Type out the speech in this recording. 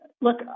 look